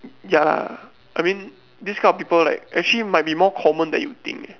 ya I mean this kind of people like actually might be more common than you think